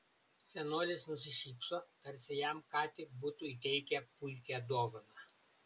senolis nusišypso tarsi jam ką tik būtų įteikę puikią dovaną